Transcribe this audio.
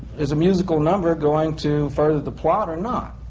is a musical number going to further the plot or not?